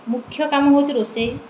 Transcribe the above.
ମୁଖ୍ୟ କାମ ହେଉଛି ରୋଷେଇ